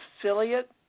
affiliate